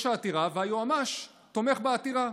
יש עתירה והיועמ"ש תומך בעתירה,